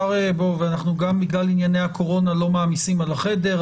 ואנחנו גם בגלל ענייני הקורונה לא מעמיסים על החדר.